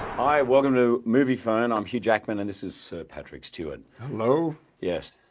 hi welcome to moviefone i'm hugh jackman and this is sir patrick stewart hello yes,